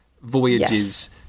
voyages